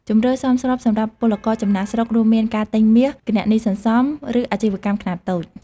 ជម្រើសសមស្របសម្រាប់ពលករចំណាកស្រុករួមមានការទិញមាស គណនីសន្សំ ឬអាជីវកម្មខ្នាតតូច។